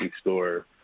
store